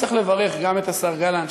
צריך לברך גם את השר גלנט,